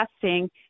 testing